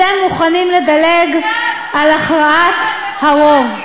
אתם מוכנים לדלג על הכרעת הרוב,